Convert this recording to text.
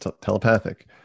telepathic